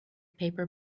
paper